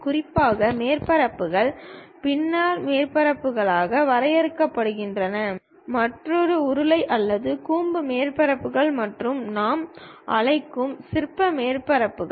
குறிப்பாக மேற்பரப்புகள் பிளானர் மேற்பரப்புகளாக வகைப்படுத்தப்படுகின்றன மற்றொன்று உருளை அல்லது கூம்பு மேற்பரப்புகள் மற்றும் நாம் அழைக்கும் சிற்ப மேற்பரப்புகள்